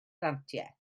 grantiau